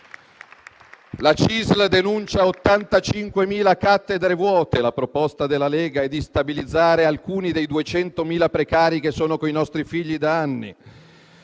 La CISL denuncia 85.000 cattedre vuote. La proposta della Lega è di stabilizzare alcuni dei 200.000 precari che sono con i nostri figli da anni.